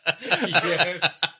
Yes